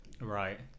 Right